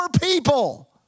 people